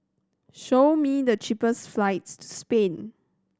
show me the cheapest flights to Spain